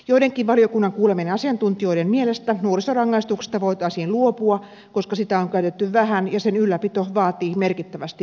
joidenkin valiokunnan kuulemien asiantuntijoiden mielestä nuorisorangaistuksesta voitaisiin luopua koska sitä on käytetty vähän ja sen ylläpito vaatii merkittävästi voimavaroja